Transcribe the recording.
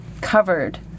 covered